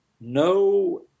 no